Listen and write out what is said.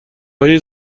های